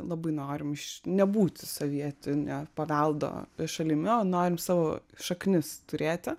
labai norim iš nebūti sovietinio paveldo šalimi o norim savo šaknis turėti